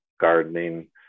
gardening